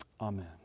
Amen